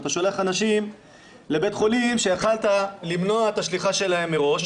אתה שולח אנשים לבתי חולים כשיכולת למנוע את השליחה שלהם מראש,